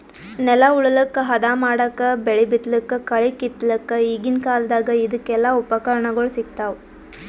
ನೆಲ ಉಳಲಕ್ಕ್ ಹದಾ ಮಾಡಕ್ಕಾ ಬೆಳಿ ಬಿತ್ತಲಕ್ಕ್ ಕಳಿ ಕಿತ್ತಲಕ್ಕ್ ಈಗಿನ್ ಕಾಲ್ದಗ್ ಇದಕೆಲ್ಲಾ ಉಪಕರಣಗೊಳ್ ಸಿಗ್ತಾವ್